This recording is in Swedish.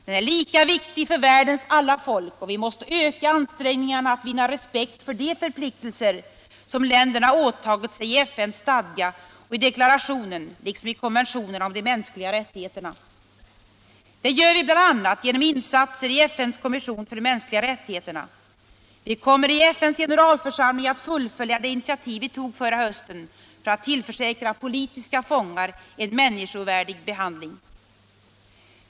Den är lika viktig för världens alla folk, och vi måste öka ansträngningarna att vinna respekt för de förpliktelser som länderna åtagit sig i FN:s stadga och i deklarationen liksom i konventionerna om de mänskliga rättigheterna. Det gör vi bl.a. genom insatser i FN:s kommission för de mänskliga rättigheterna. Vi kommer i FN:s generalförsamling att fullfölja det initiativ vi tog förra hösten för att tillförsäkra politiska fångar en människovärdig behandling.